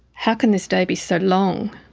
how can this day be so long?